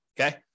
okay